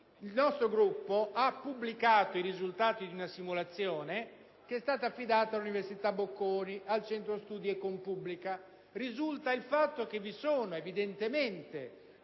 Il nostro Gruppo ha pubblicato i risultati di una simulazione che è stata affidata all'università Bocconi, al centro studi Econpubblica. Risulta che vi sono territori